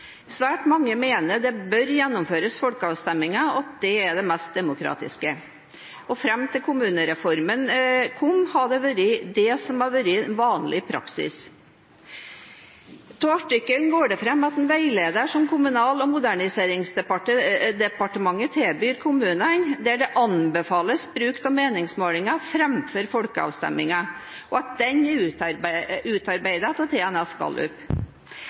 Svært mange mener det bør gjennomføres folkeavstemninger, at det er det mest demokratiske, og fram til kommunereformen kom, har det vært vanlig praksis. Av artikkelen går det fram at en veileder som Kommunal- og moderniseringsdepartementet tilbyr kommunene, anbefaler bruk av meningsmålinger framfor folkeavstemninger, og at den er utarbeidet av TNS Gallup. Hvordan vil statsråden forklare at et selskap som har økonomisk interesse av